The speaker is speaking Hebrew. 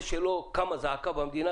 זה שלא קמה זעקה במדינה,